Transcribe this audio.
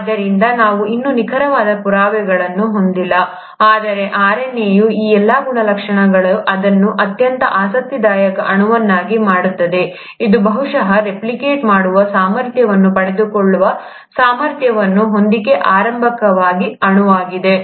ಆದ್ದರಿಂದ ನಾವು ಇನ್ನೂ ನಿಖರವಾದ ಪುರಾವೆಗಳನ್ನು ಹೊಂದಿಲ್ಲ ಆದರೆ RNA ಯ ಈ ಎಲ್ಲಾ ಗುಣಲಕ್ಷಣಗಳು ಅದನ್ನು ಅತ್ಯಂತ ಆಸಕ್ತಿದಾಯಕ ಅಣುವನ್ನಾಗಿ ಮಾಡುತ್ತದೆ ಇದು ಬಹುಶಃ ರೆಪ್ಲಿಕೇಟ್ ಮಾಡುವ ಸಾಮರ್ಥ್ಯವನ್ನು ಪಡೆದುಕೊಳ್ಳುವ ಸಾಮರ್ಥ್ಯವನ್ನು ಹೊಂದಿರುವ ಆರಂಭಿಕ ಅಣುವಾಗಿದೆ